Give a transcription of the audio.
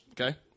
Okay